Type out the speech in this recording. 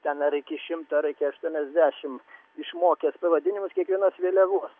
ten ar iki šimto ar iki aštuoniasdešim išmokęs pavadinimus kiekvienos vėliavos